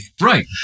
Right